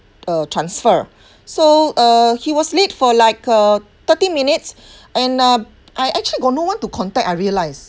uh transfer so uh he was late for like uh thirty minutes and uh I actually got no one to contact I realised